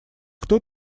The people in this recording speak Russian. кто